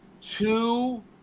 Two